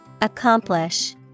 Accomplish